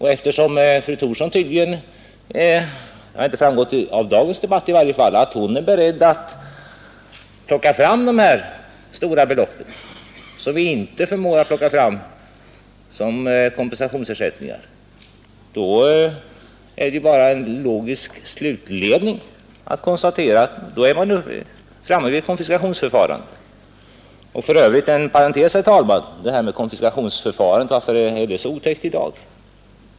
Det har i varje fall inte framgått av dagens debatt att fru Thorsson är beredd att plocka fram de här stora beloppen som skulle behövas för ersättning, och då är det bara en logisk slutledning när man konstaterar att vi är framme vid ett konfiskationsförfarande. Inom parentes, herr talman: Varför är det här konfiskationsförfarandet så otäckt i dag?